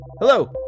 Hello